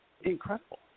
Incredible